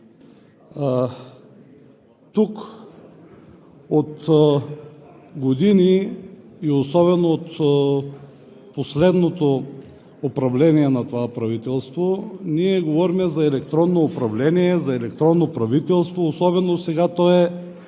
Тук от години и особено от последното управление на това правителство ние говорим за електронно управление, за електронно правителство – особено сега то е